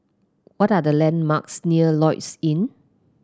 what are the landmarks near Lloyds Inn